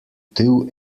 two